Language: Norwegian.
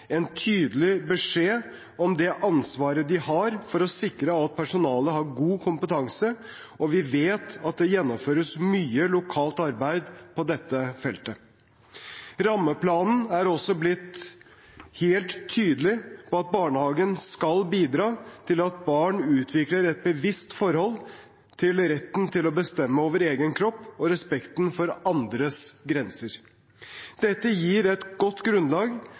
en tydelig beskjed om det ansvaret de har for å sikre at personalet har god kompetanse, og vi vet at det gjennomføres mye lokalt arbeid på dette feltet. Rammeplanen er også blitt helt tydelig på at barnehagen skal bidra til at barn utvikler et bevisst forhold til retten til å bestemme over egen kropp og respekten for andres grenser. Dette gir et godt grunnlag